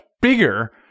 bigger